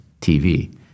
TV